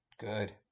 good